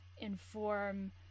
inform